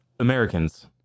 americans